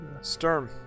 Sturm